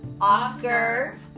oscar